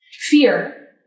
Fear